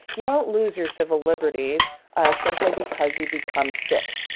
you don't lose your civil liberties simply because you become sick.